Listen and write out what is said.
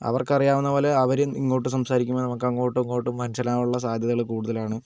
അവർക്കറിയാവുന്നത് പോലെ അവരും ഇങ്ങോട്ട് സംസാരിക്കുമ്പം നമുക്കങ്ങോട്ടും ഇങ്ങോട്ടും മനസ്സിലാവാനുള്ള സാധ്യതകൾ കൂടുതലാണ്